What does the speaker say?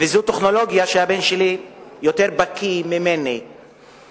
וזו טכנולוגיה שהבן שלי יותר בקי ממני בה.